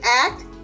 act